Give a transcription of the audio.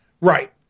Right